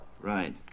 Right